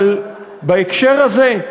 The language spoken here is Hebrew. אבל בהקשר הזה,